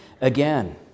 again